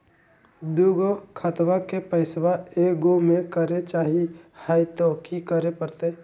दू गो खतवा के पैसवा ए गो मे करे चाही हय तो कि करे परते?